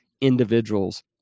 individuals